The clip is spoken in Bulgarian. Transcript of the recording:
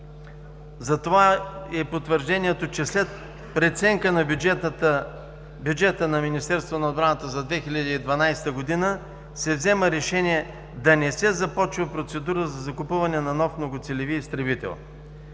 Затова е и потвърждението, че след преценка на бюджета на Министерството на отбраната за 2012 г. се взема решение да не се започва процедура за закупуване на нов многоцелеви изтребител.